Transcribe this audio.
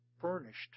furnished